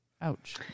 Ouch